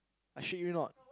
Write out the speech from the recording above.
I treat you not